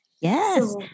Yes